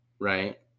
right